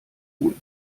cool